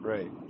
Right